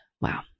Wow